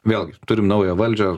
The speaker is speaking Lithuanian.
vėlgi turim naują valdžią